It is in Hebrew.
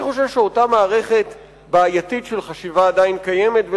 אני חושב שאותה מערכת בעייתית של חשיבה עדיין קיימת,